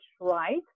right